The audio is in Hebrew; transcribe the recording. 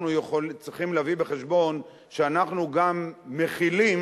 אנחנו צריכים להביא בחשבון שאנחנו גם מחילים